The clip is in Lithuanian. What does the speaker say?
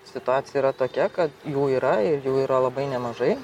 situacija yra tokia kad jų yra ir jų yra labai nemažai